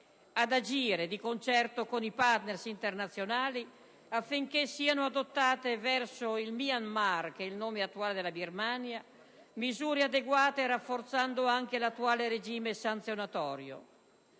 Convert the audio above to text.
ad agire di concerto con i partner internazionali, affinché siano adottate verso il Myanmar, che è il nome attuale della Birmania, misure adeguate rafforzando anche l'attuale regime sanzionatorio.